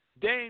Dame